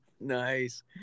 Nice